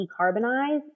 decarbonize